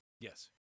Yes